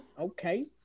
okay